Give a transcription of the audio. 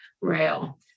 Rail